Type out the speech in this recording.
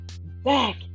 back